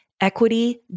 equity